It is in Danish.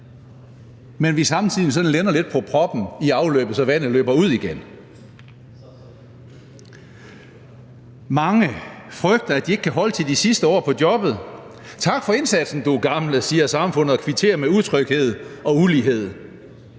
at vi samtidig sådan linder lidt på proppen til afløbet, så vandet løber ud igen. Mange frygter, at de ikke kan holde til de sidste år på jobbet. Tak for indsatsen, du gamle, siger samfundet og kvitterer med utryghed og ulighed.